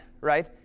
right